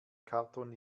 karton